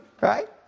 right